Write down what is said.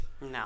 No